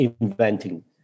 inventing